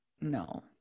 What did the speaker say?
no